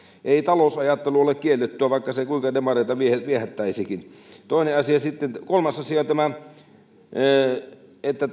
ei talousajattelu ole kiellettyä vaikka se kuinka demareita viehättäisikin kolmas asia eli se että